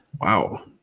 Wow